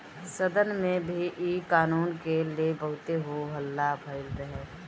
सदन में भी इ कानून के ले बहुते हो हल्ला भईल रहे